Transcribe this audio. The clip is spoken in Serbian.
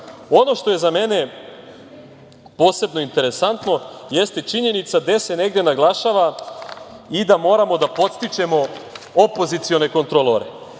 što je za mene posebno interesantno jeste činjenica gde se negde naglašava i da moramo da podstičemo opozicione kontrolore.